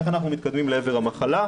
איך אנחנו מתקדמים למיגור המחלה.